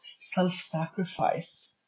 self-sacrifice